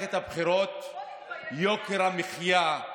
במערכת הבחירות, יוקר המחיה,